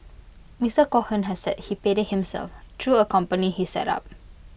Mister Cohen has said he paid IT himself through A company he set up